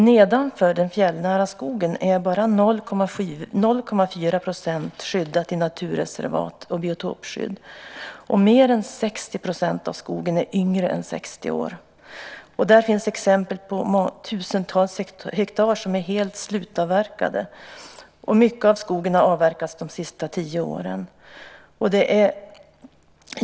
Nedanför den fjällnära skogen är bara 0,4 % skyddad i naturreservat och biotopskydd. Mer än 60 % av skogen är yngre än 60 år. Där finns exempel på tusentals hektar som är helt slutavverkade. Mycket av skogen har avverkats de senaste tio åren.